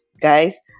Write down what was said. guys